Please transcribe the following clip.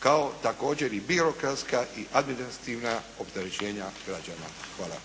kao također i birokratska i administrativna opterećenja građana.